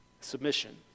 Submission